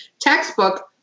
Textbook